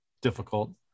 difficult